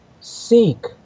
seek